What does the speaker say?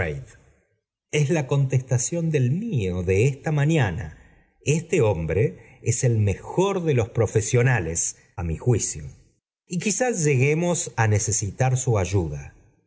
es la contestación del mío do osla mañana este hombre es el mejor de los profesionales á mi juicio y quizá lleguemos á necesitar tsu ayuda